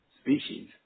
species